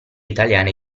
italiane